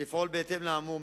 לפעול בהתאם לאמור.